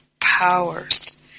powers